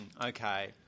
Okay